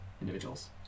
individuals